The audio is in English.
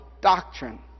doctrine